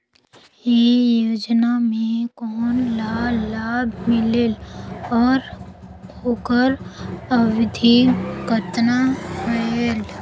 ये योजना मे कोन ला लाभ मिलेल और ओकर अवधी कतना होएल